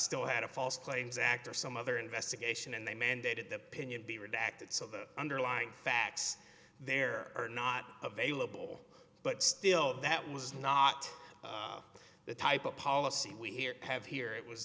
still had a false claims act or some other investigation and they mandated the pinion be redacted so the underlying facts there are not available but still that was not the type of policy we here have here it was